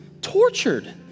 tortured